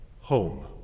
home